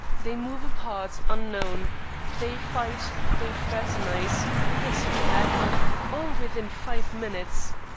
they move apart, unknown they fight they fraternize they consume tobacco all within five minutes.